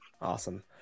Awesome